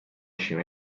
issue